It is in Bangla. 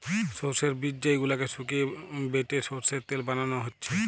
সোর্সের বীজ যেই গুলাকে শুকিয়ে বেটে সোর্সের তেল বানানা হচ্ছে